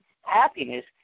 happiness